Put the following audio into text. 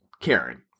Karen